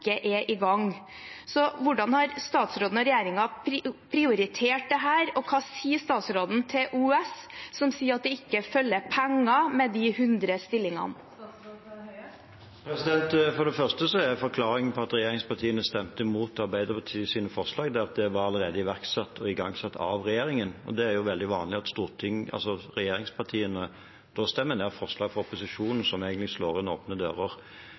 er i gang. Hvordan har statsråden og regjeringen prioritert dette, og hva sier statsråden til OUS, som sier at det ikke følger penger med de 100 stillingene? For det første er forklaringen på at regjeringspartiene stemte mot Arbeiderpartiets forslag, at det allerede var iverksatt og igangsatt av regjeringen. Det er jo veldig vanlig at regjeringspartiene stemmer ned forslag fra opposisjonen som egentlig slår inn åpne dører.